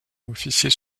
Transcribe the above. officier